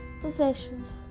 possessions